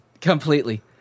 Completely